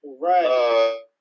Right